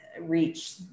reach